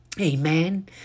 Amen